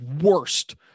worst